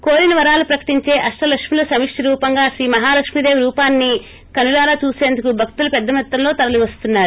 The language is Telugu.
కోరిన వరాలు ప్రకటించే అష్టలక్ష్ముల సమిష్టి రూపంగా శ్రీమహాలక్మిదేవి రూపాన్ని కనులారా చూసందుకు భక్తులు పెద్దమొత్తంలో తరలివస్తున్నారు